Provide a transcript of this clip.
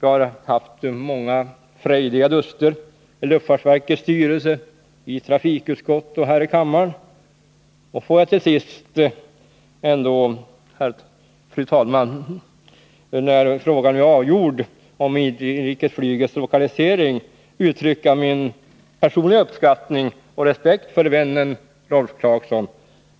Vi har haft många frejdiga duster i luftfartsverkets styrelse, i trafikutskottet och häri kammaren. Får jag ändå till sist, fru talman, när frågan om inrikesflygets lokalisering är avgjord, uttrycka min personliga uppskattning av och respekt för vännen Rolf Clarkson.